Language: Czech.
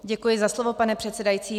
Děkuji za slovo, pane předsedající.